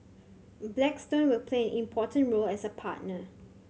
blackstone will play an important role as a partner